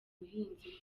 buhinzi